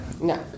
No